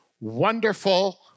Wonderful